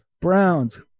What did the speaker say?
Browns